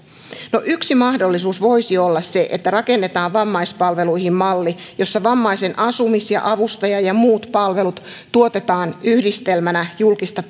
on yksi mahdollisuus voisi olla se että rakennetaan vammaispalveluihin malli jossa vammaisen asumis avustaja ja muut palvelut tuotetaan yhdistelmänä julkista